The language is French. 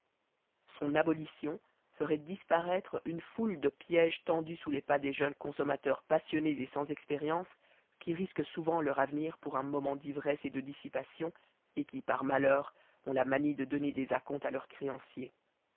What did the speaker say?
son abolition ferait disparaître une foule de piéges tendus sous les pas des jeunes consommateurs passionnés et sans expérience qui risquent souvent leur avenir pour un moment d'ivresse et de dissipation et qui par malheur ont la manie de donner des à comptes à leurs créanciers